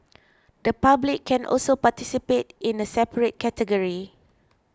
the public can also participate in a separate category